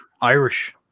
Irish